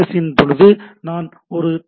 S இன் போது நான் ஒரு டி